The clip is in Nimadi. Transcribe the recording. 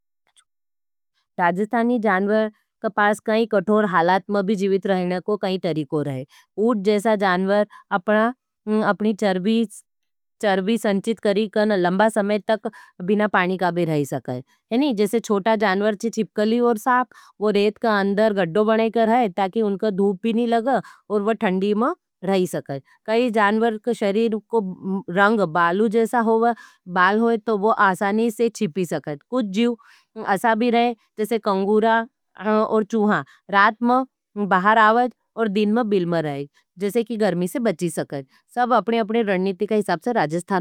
रेगीस्तानी जानवर के पास कठोर हालात में भी जीवित रहने को कई तरीको रहे। ऊंट जैसा जानवर अपना अपनी चर्बी संचित करी के ने लंबा समय तक बिना पानी का भी रही सकै। जैसे छोटा जानवर छे छिपकली और साँप, वो रेत का अंदर गड्ढों बने कर रहे। ताकि उनका धूपी नहीं लगे और वो ठंडी में रही सके। कई जानवर का शरीर को रंग, बालु जैसा होगा, बाल होई तो वो आसानी से चिपी सके।